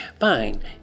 Fine